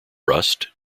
rust